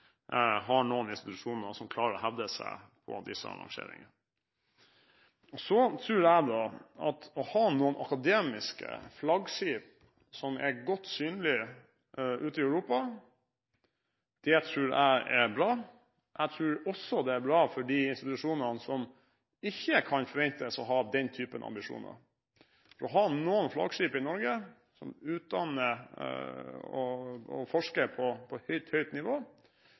har noen institusjoner som klarer å hevde seg på disse rangeringene. Jeg tror også at å ha noen akademiske flaggskip som er godt synlige ute i Europa, er bra. Jeg tror også det er bra for de institusjonene som ikke kan forventes å ha den typen ambisjoner. Å ha noen flaggskip i Norge som utdanner og forsker på høyt, høyt nivå,